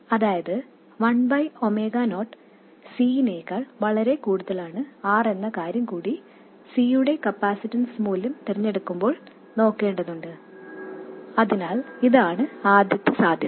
അതായത് 1 by omega not C നെക്കാൾ വളരെ വലുതാണ് R എന്ന കാര്യം കൂടി C യുടെ കപ്പാസിറ്റൻസ് മൂല്യം തിരഞ്ഞെടുക്കുമ്പോൾ നോക്കേണ്ടതുണ്ട് അതിനാൽ ഇതാണ് ആദ്യത്തെ സാധ്യത